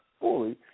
fully